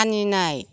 मानिनाय